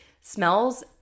smells